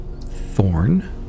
Thorn